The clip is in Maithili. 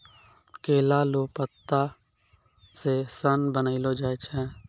केला लो पत्ता से सन बनैलो जाय छै